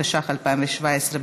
התשע"ח 2017,